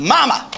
Mama